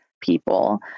people